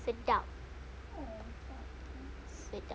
sedap sedap